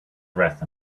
dressed